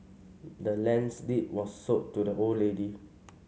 the land's deed was sold to the old lady